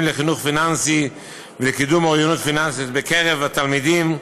לחינוך פיננסי ולקידום אוריינות פיננסית בקרב תלמידים,